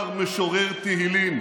משורר תהילים